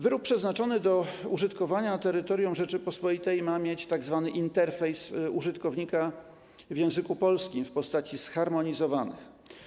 Wyrób przeznaczony do użytkowania na terytorium Rzeczypospolitej ma mieć tzw. interfejs użytkownika w języku polskim lub w postaci zharmonizowanych.